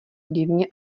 divně